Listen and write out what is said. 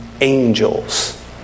angels